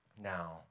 Now